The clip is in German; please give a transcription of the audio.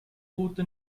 route